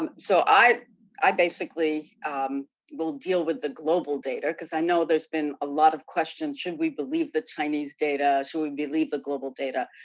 um so, i i basically will deal with the global data because i know there's been a lot of questions. should we believe the chinese data? should we believe the global data?